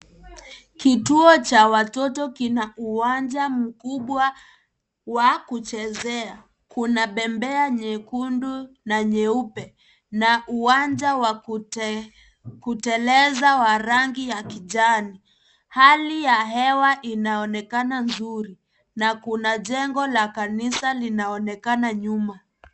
Kituo cha watoto kina uwanja mkubwa wa kuchezea. Kuna bembea nyekundu na nyeupe. Na uwanja wa kuteleza wa rangi ya kijani. Hali ya hewa inaonekana nzuri. Na kuna jengo la kanisa linaonekana nyuma.